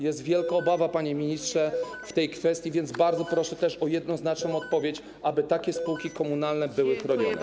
Jest wielka obawa, panie ministrze, w tej kwestii, więc bardzo proszę też o jednoznaczną odpowiedź, aby takie spółki komunalne były chronione.